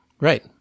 Right